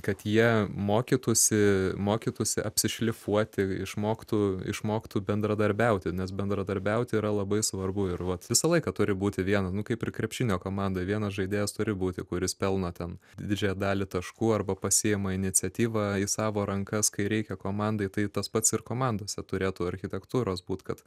kad jie mokytųsi mokytųsi apsišlifuoti išmoktų išmoktų bendradarbiauti nes bendradarbiauti yra labai svarbu ir vat visą laiką turi būti viena nu kaip ir krepšinio komandoj vienas žaidėjas turi būti kuris pelno ten didžiąją dalį taškų arba pasiima iniciatyvą į savo rankas kai reikia komandai tai tas pats ir komandose turėtų architektūros būt kad